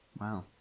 Wow